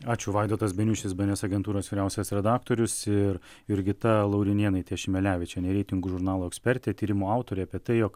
ačiū vaidotas beniušis bns agentūros vyriausias redaktorius ir jurgita laurinėnaitė šimelevičienė reitingų žurnalo ekspertė tyrimo autorė apie tai jog